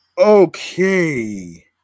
Okay